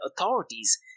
authorities